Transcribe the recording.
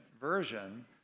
version